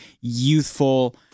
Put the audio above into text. youthful